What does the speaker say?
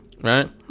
Right